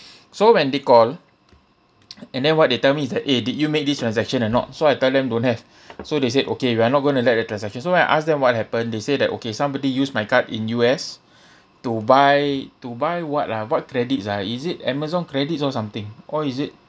so when they call and then what they tell me is that eh did you make this transaction or not so I tell them don't have so they said okay we are not going to let the transaction so when I ask them what happen they say that okay somebody use my card in U_S to buy to buy what ah what credits ah is it Amazon credits or something or is it